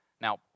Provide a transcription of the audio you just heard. Now